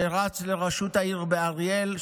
רץ לראשות העיר באריאל,